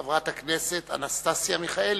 חברת הכנסת אנסטסיה מיכאלי.